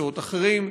מקצועות אחרים,